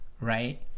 right